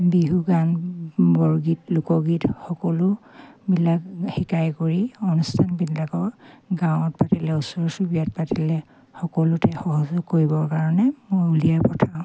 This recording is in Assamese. বিহুগান বৰগীত লোকগীত সকলোবিলাক শিকাই কৰি অনুষ্ঠানবিলাকৰ গাঁৱত পাতিলে ওচৰ চুবুৰীয়াত পাতিলে সকলোতে সহযোগ কৰিবৰ কাৰণে মই উলিয়াই পঠিয়াওঁ